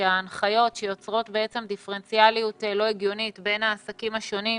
שההנחיות שיוצרות דיפרנציאליות לא הגיונית בין העסקים השונים,